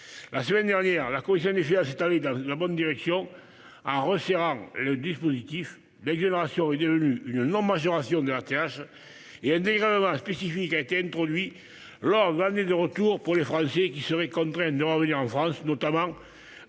La semaine dernière, la commission des finances est allée dans la bonne direction en resserrant le dispositif : l'exonération est devenue une non-majoration de la taxe d'habitation, et un dégrèvement spécifique a été introduit pour leur année de retour au bénéfice des Français qui seraient contraints de revenir en France, notamment en cas